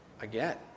again